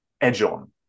edge-on